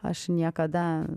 aš niekada